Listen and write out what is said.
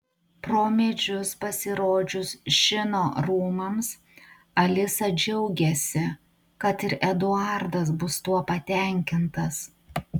pro medžius pasirodžius šino rūmams alisa džiaugiasi kad ir eduardas bus tuo patenkintas